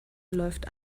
läuft